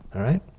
all right?